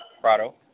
Prado